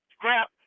crap